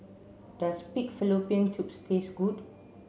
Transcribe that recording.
does pig Fallopian tubes taste good